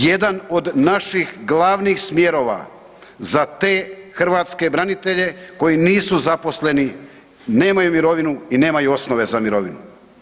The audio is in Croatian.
Jedan od naših glavnih smjerova za te hrvatske branitelje koji nisu zaposleni, nemaju mirovinu i nemaju osnove za mirovinu.